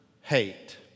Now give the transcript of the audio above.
hate